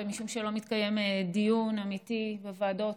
ומשום שלא מתקיים דיון אמיתי בוועדות,